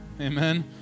Amen